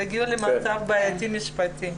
תגיעו למצב משפטי בעייתי.